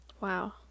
wow